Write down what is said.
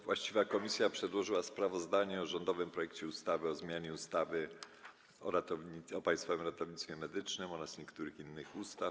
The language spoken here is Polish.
Właściwa komisja przedłożyła sprawozdanie o rządowym projekcie ustawy o zmianie ustawy o Państwowym Ratownictwie Medycznym oraz niektórych innych ustaw.